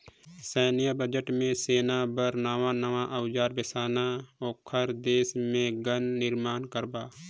सैन्य बजट म सेना बर नवां नवां अउजार बेसाना, ओखर देश मे गन निरमान करबा